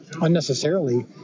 unnecessarily